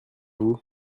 vous